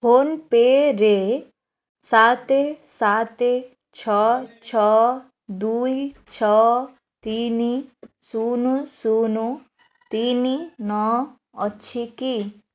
ଫୋନ୍ପେରେ ସାତେ ସାତେ ଛଅ ଛଅ ଦୁଇ ଛଅ ତିନି ଶୂନ ଶୂନ ତିନି ନଅ ଅଛି କି